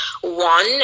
One